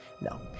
No